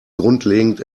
grundlegend